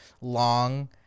long